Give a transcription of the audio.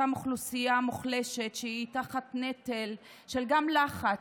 אותה אוכלוסייה מוחלשת שהיא תחת נטל של לחץ,